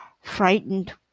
frightened